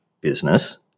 business